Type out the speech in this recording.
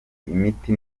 imiti